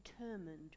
determined